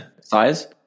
size